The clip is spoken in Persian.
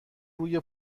روی